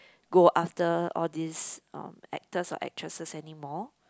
go after all these um actors or actresses anymore